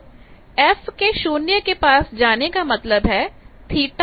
तो f → 0 का मतलब है θ→0